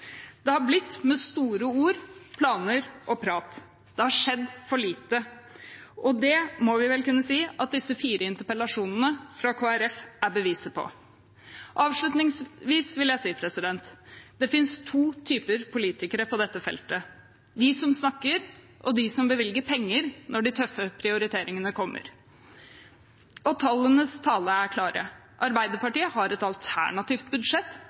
Det har blitt med store ord, planer og prat. Det har skjedd for lite. Det må vi vel kunne si at disse fire interpellasjonene fra Kristelig Folkeparti er beviset på. Avslutningsvis vil jeg si: Det finnes to typer politikere på dette feltet – de som snakker, og de som bevilger penger når de tøffe prioriteringene kommer. Og tallenes tale er klar. Arbeiderpartiet har et alternativt budsjett